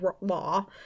law